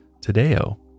Tadeo